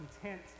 content